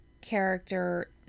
character